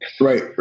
right